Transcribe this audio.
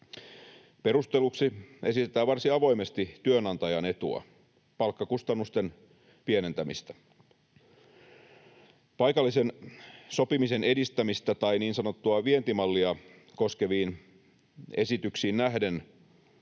Perusteluksi esitetään varsin avoimesti työnantajan etua, palkkakustannusten pienentämistä. Paikallisen sopimisen edistämistä, tai niin sanottua vientimallia, koskeviin esityksiin nähden